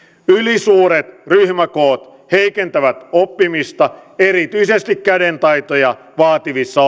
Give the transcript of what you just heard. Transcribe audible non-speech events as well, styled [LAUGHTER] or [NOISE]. ylisuuret ryhmäkoot heikentävät oppimista erityisesti kädentaitoja vaativissa [UNINTELLIGIBLE]